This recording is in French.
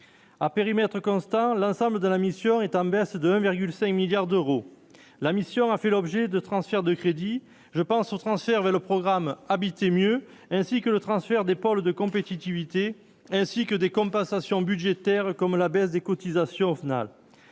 à périmètre constant, l'ensemble de la mission est en baisse de 1,5 milliard d'euros, la mission a fait l'objet de transfert de crédits, je pense au transfert vers le programme Habiter mieux ainsi que le transfert des pôles de compétitivité, ainsi que des compensations budgétaires comme la baisse des cotisations au final